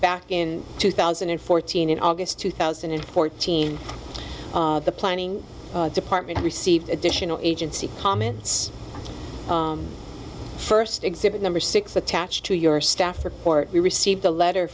back in two thousand and fourteen in august two thousand and fourteen the planning department received additional agency comments first exhibit number six attached to your staff report we received a letter